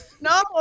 No